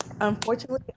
unfortunately